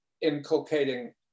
inculcating